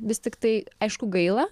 vis tiktai aišku gaila